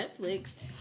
Netflix